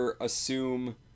assume